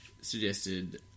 suggested